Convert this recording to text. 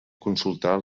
consultar